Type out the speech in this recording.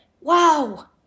Wow